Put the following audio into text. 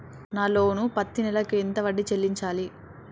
నా లోను పత్తి నెల కు ఎంత వడ్డీ చెల్లించాలి?